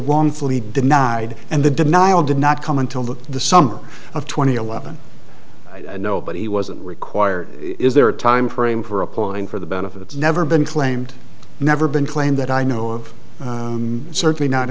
wrongfully denied and the denial did not come until the the summer of two thousand and eleven no but he wasn't required is there a timeframe for applying for the benefit it's never been claimed never been claimed that i know of certainly not